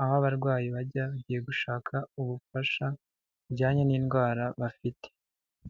aho abarwayi bajya bagiye gushaka ubufasha bujyanye n'indwara bafite.